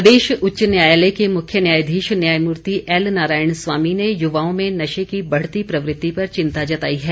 high court प्रदेश उच्च न्यायालय के मुख्य न्यायाधीश न्यायमूर्ति एल नारायण स्वामी ने युवाओं में नशे की बढ़ती प्रवृति पर चिंता जताई है